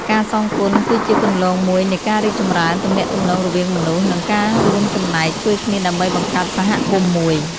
ការសងគុណគឺជាគន្លងមួយនៃការរីកចម្រើនទំនាក់ទំនងរវាងមនុស្ស និងការរួមចំណែកជួយគ្នាដើម្បីបង្កើតសហគមន៍មួយ។